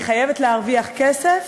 אני חייבת להרוויח כסף,